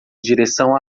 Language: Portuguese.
direção